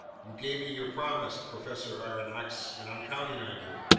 you gave me your promise, professor aronnax, and i'm counting on you.